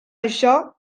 això